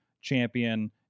champion